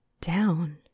Down